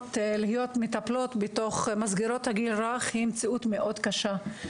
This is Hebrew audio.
שמגיעות להיות מטפלות במסגרות הגיל הרך היא מציאות מאוד קשה.